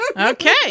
Okay